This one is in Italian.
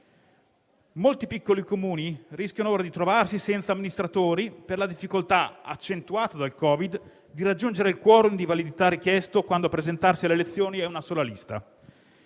Molti piccoli Comuni rischiano ora di trovarsi senza amministratori per la difficoltà, accentuata dal Covid-19, di raggiungere il *quorum* di validità richiesto quando a presentarsi alle elezioni è una sola lista.